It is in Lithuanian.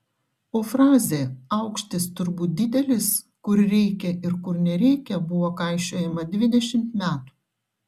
o frazė aukštis turbūt didelis kur reikia ir kur nereikia buvo kaišiojama dvidešimt metų